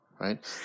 right